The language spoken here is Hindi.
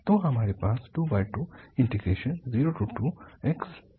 तो हमारे पास 2202xsin nπx2 dx है